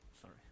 sorry